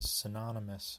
synonymous